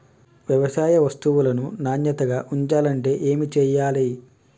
వ్యవసాయ వస్తువులను నాణ్యతగా ఉంచాలంటే ఏమి చెయ్యాలే?